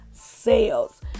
sales